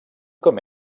com